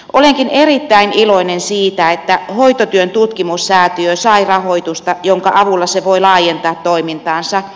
olenkin erittäin iloinen siitä että hoitotyön tutkimussäätiö sai rahoitusta jonka avulla se voi laajentaa toimintaansa